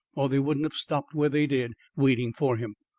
or they wouldn't have stopped where they did, waiting for him.